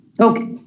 Okay